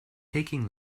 taking